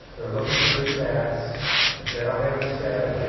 they're looking for their stats. if they don't have the stats,